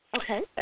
Okay